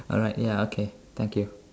alright ya okay thank you